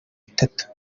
itatu